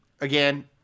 Again